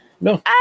No